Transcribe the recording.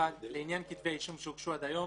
לעניין כתבי אישום שהוגשו עד היום,